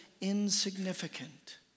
insignificant